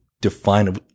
define –